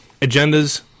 agendas